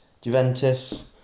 Juventus